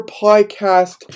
podcast